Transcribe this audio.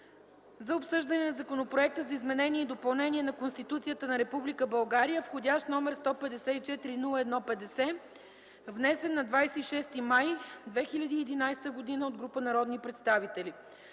за обсъждане на Законопроект за изменение и допълнение на Конституцията на Република България, вх. № 154-01-50, внесен на 26 май 2011 г. от група народни представители